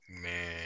Man